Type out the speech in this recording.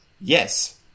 yes